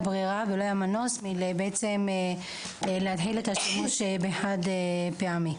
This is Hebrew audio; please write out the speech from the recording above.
ברירה ולא היה מנוס בעצם להתחיל את השימוש בחד פעמי.